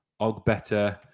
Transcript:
Ogbetter